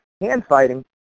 hand-fighting